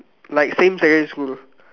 like same secondary school